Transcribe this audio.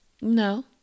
No